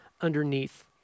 underneath